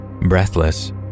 Breathless